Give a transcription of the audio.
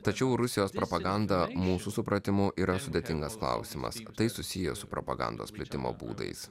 tačiau rusijos propaganda mūsų supratimu yra sudėtingas klausimas tai susiję su propagandos plitimo būdais